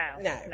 No